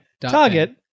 target